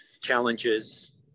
challenges